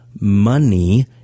money